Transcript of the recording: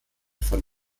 von